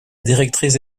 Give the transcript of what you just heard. directrice